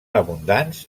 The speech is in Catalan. abundants